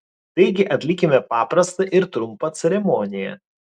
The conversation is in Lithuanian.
taigi atlikime paprastą ir trumpą ceremoniją